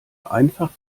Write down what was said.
einfach